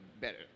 better